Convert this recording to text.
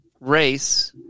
race